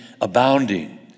abounding